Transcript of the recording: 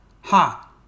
Ha